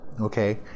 okay